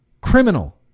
criminal